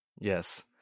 Yes